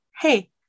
hey